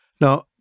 Now